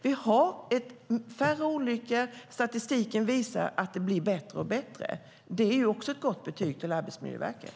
Det sker färre olyckor. Statistiken visar att det blir bättre och bättre. Det är också ett gott betyg till Arbetsmiljöverket.